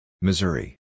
Missouri